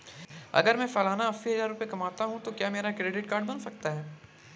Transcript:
अगर मैं सालाना अस्सी हज़ार रुपये कमाता हूं तो क्या मेरा क्रेडिट कार्ड बन सकता है?